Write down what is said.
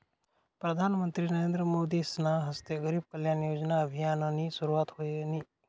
प्रधानमंत्री नरेंद्र मोदीसना हस्ते गरीब कल्याण योजना अभियाननी सुरुवात व्हयनी